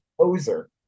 poser